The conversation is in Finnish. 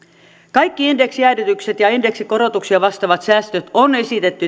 kaikki indeksijäädytykset ja indeksikorotuksia vastaavat säästöt on esitetty